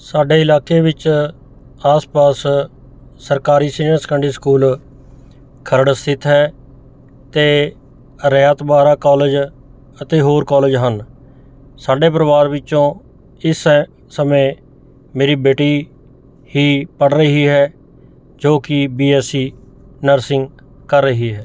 ਸਾਡੇ ਇਲਾਕੇ ਵਿੱਚ ਆਸਪਾਸ ਸਰਕਾਰੀ ਸੀਂਅਰ ਸੈਕੰਡਰੀ ਸਕੂਲ ਖਰੜ੍ਹ ਸਥਿਤ ਹੈ ਅਤੇ ਰਿਆਤ ਬਹਾਰਾ ਕੋਲੇਜ ਅਤੇ ਹੋਰ ਕੋਲੇਜ ਹਨ ਸਾਡੇ ਪਰਿਵਾਰ ਵਿੱਚੋਂ ਇਸ ਸਮੇਂ ਮੇਰੀ ਬੇਟੀ ਹੀ ਪੜ੍ਹ ਰਹੀ ਹੈ ਜੋ ਕਿ ਬੀ ਐੱਸ ਸੀ ਨਰਸਿੰਗ ਕਰ ਰਹੀ ਹੈ